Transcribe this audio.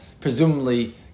presumably